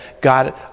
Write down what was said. God